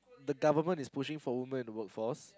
the government is pushing for women in workforce